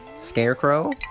Scarecrow